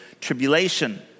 tribulation